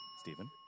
Stephen